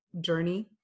journey